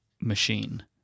machine